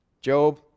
Job